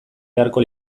beharko